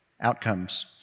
outcomes